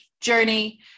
journey